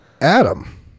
Adam